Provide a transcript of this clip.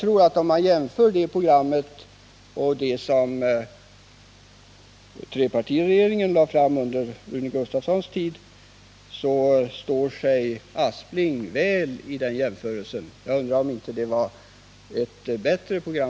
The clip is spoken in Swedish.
Om man jämför det programmet och det program som trepartiregeringen lade fram under Rune Gustavssons tid som socialminister finner man nog att Sven Asplings program hävdar sig väl. Jag tror att det var ett bättre program.